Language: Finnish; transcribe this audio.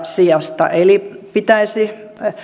sijasta eli pitäisi